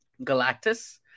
Galactus